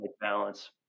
balance